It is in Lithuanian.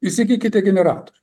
įsigykite generatorių